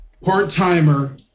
part-timer